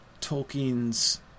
Tolkien's